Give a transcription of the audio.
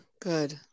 good